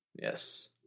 Yes